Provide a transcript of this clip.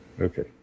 Okay